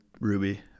Ruby